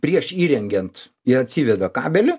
prieš įrengiant jie atsiveda kabelį